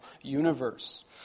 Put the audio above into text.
universe